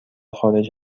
خارج